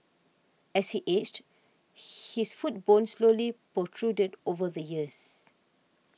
as he aged his foot bone slowly protruded over the years